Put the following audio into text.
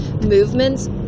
movements